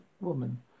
woman